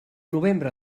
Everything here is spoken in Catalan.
novembre